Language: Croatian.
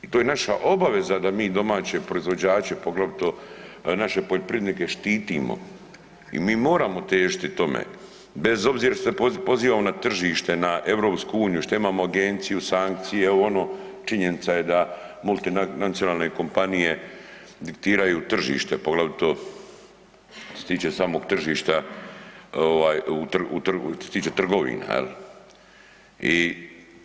I to je naša obaveza da mi domaće proizvođače poglavito naše poljoprivrednike štitimo i mi moramo težiti tome bez obzira što se pozivamo na tržište na EU, šta imamo agenciju, sankcije, ovo ono činjenica je da multinacionalne kompanije diktiraju tržište poglavito što se tiče samog tržišta ovaj što se trgovina jel.